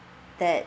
that